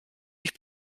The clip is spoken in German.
mich